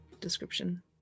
description